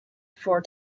for